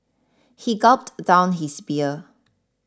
he gulped down his beer